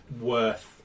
worth